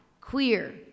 Queer